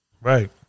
Right